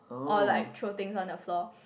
or like throw things on the floor